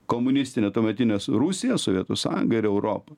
komunistinę tuometinės rusiją sovietų sąjungą ir europą